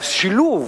והשילוב